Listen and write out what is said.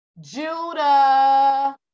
Judah